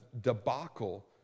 debacle